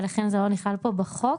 ולכן זה לא נכלל פה בחוק,